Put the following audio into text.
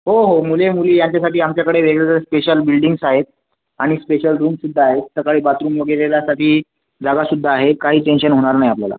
हो हो मुले मुली ह्यांच्यासाठी आमच्याकडे वेगवेगळ्या स्पेशल बिल्डिंग्स आहेत आणि स्पेशल रूम सुद्धा आहेत सकाळी बाथरूम वगैरेला साठी जागासुद्धा आहेत काही टेंशन होणार नाही आपल्याला